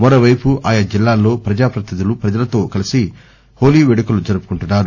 మరోవైపు ఆయా జిల్లాల్లో ప్రజాప్రతినిధులు ప్రజలతో కలిసి హోలీ పేడుకలు జరుపుకుంటున్నారు